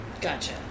Gotcha